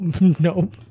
nope